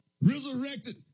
resurrected